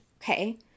okay